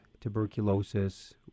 tuberculosis